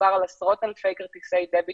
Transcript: שמדובר על עשרות אלפי כרטיסי דביט